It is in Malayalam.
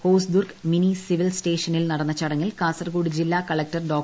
ഹോസ്ദുർഗ് മിനി സിവി സ്റ്റേഷനിൽ നടന്ന ചടങ്ങിൽ കാസർഗോഡ് ജില്ലാ കളക്ടർ ഡോ